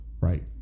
right